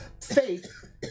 faith